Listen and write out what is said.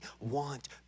want